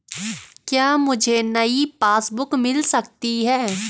क्या मुझे नयी पासबुक बुक मिल सकती है?